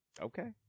Okay